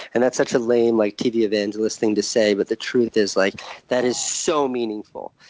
and that's such a lame like tv evangelist thing to say, but the truth is like that is so meaningful.